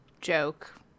joke